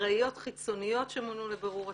אחריות חיצוניות שמונו לבירור התלונה.